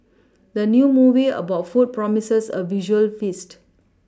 the new movie about food promises a visual feast